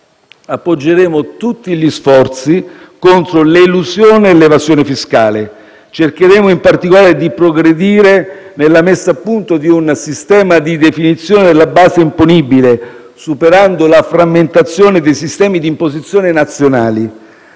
appoggeremo tutti gli sforzi contro l'elusione e l'evasione fiscale. Cercheremo, in particolare, di progredire nella messa a punto di un sistema di definizione della base imponibile, superando la frammentazione dei sistemi di imposizione nazionali.